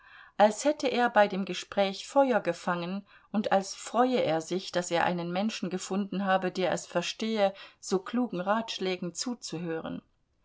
als hätte er bei dem gespräch feuer gefangen und als freue er sich daß er einen menschen gefunden habe der es verstehe so klugen ratschlägen zuzuhören